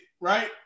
right